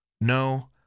No